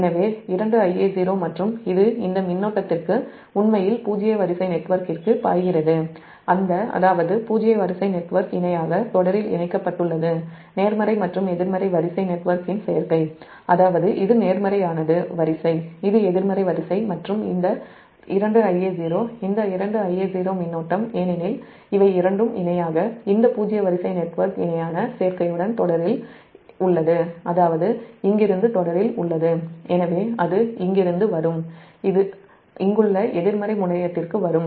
எனவே 2Ia0 மற்றும் இந்த மின்னோட்டம் உண்மையில் பூஜ்ஜிய வரிசை நெட்வொர்க்கிற்கு பாய்கிறது அதாவது பூஜ்ஜிய வரிசை நெட்வொர்க் இணையாக தொடரில் நேர்மறை மற்றும் எதிர்மறை வரிசை நெட்வொர்க்கின் சேர்க்கை இணைக்கப்பட்டுள்ளதுஅதாவது இது நேர்மறையானது வரிசை இது எதிர்மறை வரிசை மற்றும் இந்த 2Ia0 மின்னோட்டம் ஏனெனில் இவை இரண்டும் இணையாக இந்த பூஜ்ஜிய வரிசை நெட்வொர்க் இணையான சேர்க்கையுடன் இந்ததொடரில் உள்ளது எனவே அது இங்கிருந்து வரும் அது இங்குள்ள எதிர்மறை முனையத்திற்கு வரும்